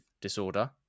disorder